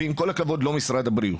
ועם כל הכבוד לא משרד הבריאות.